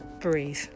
breathe